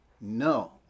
No